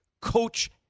coach